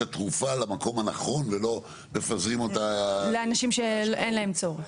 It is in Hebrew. התרופה למקום הנכון ולא מפזרים אותה לאנשים שאין להם צורך.